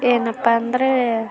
ಏನಪ್ಪಾ ಅಂದರೆ